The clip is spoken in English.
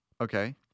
Okay